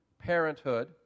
parenthood